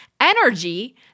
energy